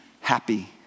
happy